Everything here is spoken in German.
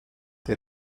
der